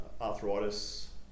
arthritis